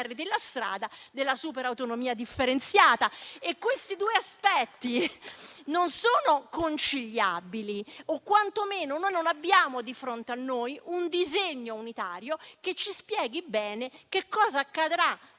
la strada della superautonomia differenziata. Questi due aspetti non sono conciliabili o quantomeno non abbiamo di fronte a noi un disegno unitario che ci spieghi bene cosa accadrà